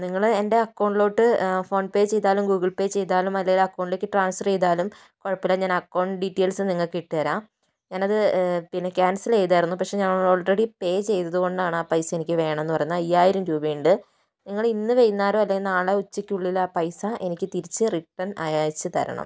നിങ്ങള് എൻ്റെ അക്കൗണ്ടിലോട്ട് ഫോൺപേ ചെയ്താലും ഗൂഗിൾ പേ ചെയ്താലും അല്ലേൽ അക്കൗണ്ടിലേക്ക് ട്രാൻസഫറു ചെയ്താലും കുഴപ്പമില്ല ഞാൻ അക്കൗണ്ട് ഡിറ്റെയിൽസ് നിങ്ങൾക്ക് ഇട്ടുതരാം ഞാനത് പിന്നെ ക്യാൻസലു ചെയ്തായിരുന്നു പക്ഷേ ഞാൻ ഓൾറെഡി പേ ചെയ്തതുകൊണ്ടാണ് ആ പൈസ എനിക്ക് വേണം എന്ന് പറയുന്നത് അയ്യായിരം രൂപയുണ്ട് നിങ്ങളിന്ന് വൈകുന്നേരമോ അല്ലേൽ നാളെ ഉച്ചയ്ക്കുള്ളിലാ പൈസ എനിക്ക് തിരിച്ച് റിട്ടൺ അയച്ചു തരണം